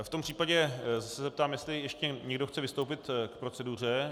V tom případě se zeptám, jestli ještě někdo chce vystoupit k proceduře.